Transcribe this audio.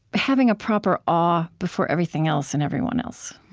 having a proper awe before everything else and everyone else.